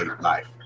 life